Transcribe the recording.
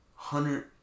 hundred